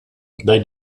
they